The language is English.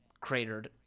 cratered